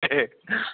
ए